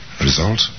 result